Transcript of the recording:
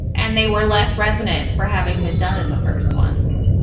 and they were less resonant for having been done in the first one.